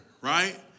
Right